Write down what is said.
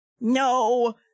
No